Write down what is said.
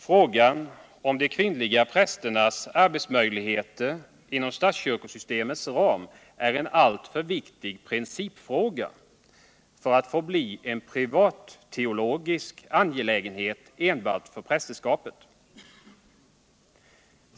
Frågan om de kvinnliga prästernas arbetsmöjligheter inom statskyrkosystemets ram är en alltför viktig principfråga för att få bli en privatteologisk angelägenhet enbart för prästerskapet.